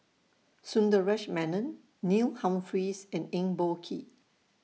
Sundaresh Menon Neil Humphreys and Eng Boh Kee